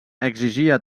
exigia